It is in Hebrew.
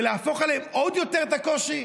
ולהפוך עליהם עוד יותר את הקושי?